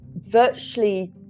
virtually